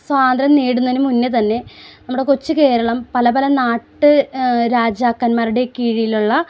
സ്വതന്ത്ര്യം നേടുന്നതിന് മുന്നേ തന്നെ നമ്മുടെ കൊച്ച് കേരളം പല പല നാട്ട് രാജാക്കന്മാരുടെ കീഴിലുള്ള